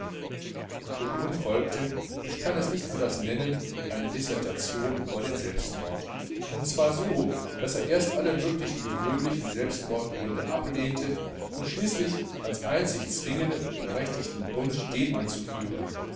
und nun folgte ich kann es nicht anders nennen eine dissertation über den selbstmord und zwar so daß er erst alle möglichen gewöhnlichen selbstmordgründe ablehnte um schließlich als einzig zwingenden und berechtigten grund den anzuführen